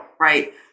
Right